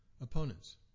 opponents